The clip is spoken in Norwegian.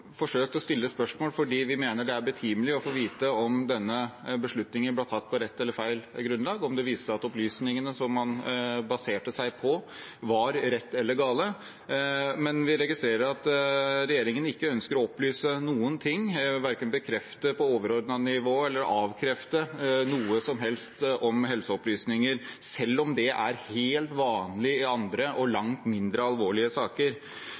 er betimelig å få vite om denne beslutningen ble tatt på rett eller feil grunnlag – om det viser seg at opplysningene man baserte seg på, var rette eller gale. Men vi registrerer at regjeringen ikke ønsker å opplyse om noen ting, verken bekrefte eller avkrefte på overordnet nivå noe som helst om helseopplysninger, selv om det er helt vanlig i andre og langt mindre alvorlige saker.